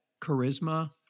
charisma